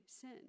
sin